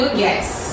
yes